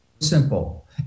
simple